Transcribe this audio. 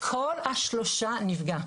כל השלושה נפגעים.